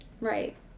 right